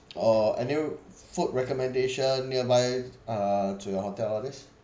or any food recommendation nearby uh to your hotel all these